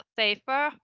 safer